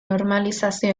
normalizazio